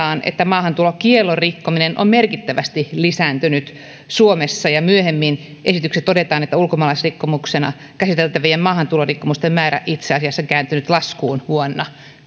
että maahantulokiellon rikkominen on merkittävästi lisääntynyt suomessa ja myöhemmin esityksessä todetaan että ulkomaalaisrikkomuksena käsiteltävien maahantulorikkomusten määrä itse asiassa on kääntynyt laskuun vuonna